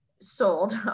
sold